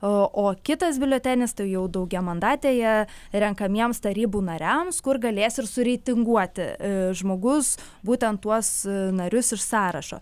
o kitas biuletenis tai jau daugiamandatėje renkamiems tarybų nariams kur galės ir su reitinguoti žmogus būtent tuos narius iš sąrašo